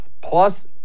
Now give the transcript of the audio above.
Plus